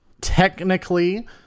technically